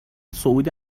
صعود